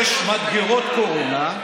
יש מדגרות קורונה.